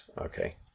okay